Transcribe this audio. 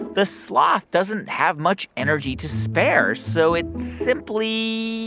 the sloth doesn't have much energy to spare. so it simply.